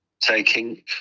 taking